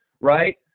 Right